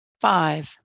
Five